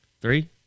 Three